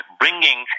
bringing